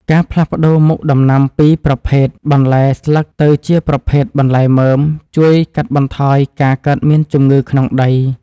ការផ្លាស់ប្តូរមុខដំណាំពីប្រភេទបន្លែស្លឹកទៅជាប្រភេទបន្លែមើមជួយកាត់បន្ថយការកើតមានជំងឺក្នុងដី។